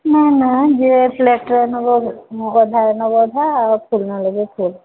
ନାଁ ନାଁ ଯିଏ ପ୍ଲେଟ୍ରେ ନବ ଅଧା ନବ ଅଧା ଆଉ ଫୁଲ୍ ନେଲେ ବି ଫୁଲ୍